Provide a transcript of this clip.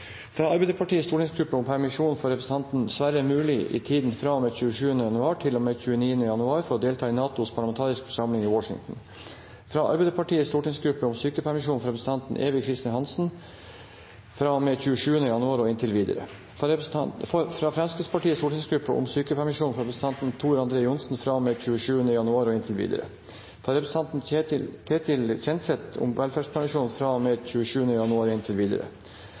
fra Arbeiderpartiets stortingsgruppe om permisjon for representanten Sverre Myrli i tiden fra og med 27. januar til og med 29. januar for å delta i NATOs parlamentariske forsamling i Washington fra Arbeiderpartiets stortingsgruppe om sykepermisjon for representanten Eva Kristin Hansen fra og med 27. januar og inntil videre fra Fremskrittspartiets stortingsgruppe om sykepermisjon for representanten Tor André Johnsen fra og med 27. januar og inntil videre fra representanten Ketil Kjenseth om velferdspermisjon fra og med 27. januar og inntil videre